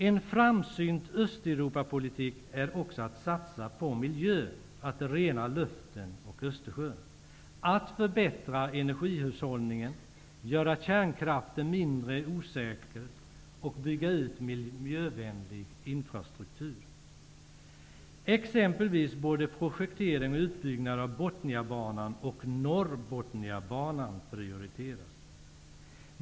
En framsynt Östeuropapolitik är också att satsa på miljön, att rena luften och Östersjön, att förbättra energihushållningen, att göra kärnkraftverken mindre osäkra och att bygga ut miljövänlig infrastruktur. Exempelvis borde projektering och utbyggnad av Botniabanan och Norr-Botniabanan prioriteras.